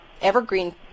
evergreen